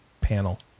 panel